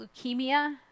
leukemia